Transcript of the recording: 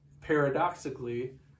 paradoxically